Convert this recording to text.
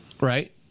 right